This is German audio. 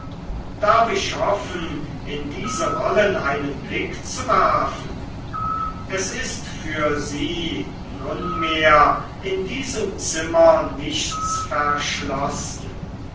darf ich hoffen in die rollen einen blick zu werfen es ist für sie nunmehr in diesem zimmer nichts verschlossen